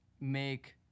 make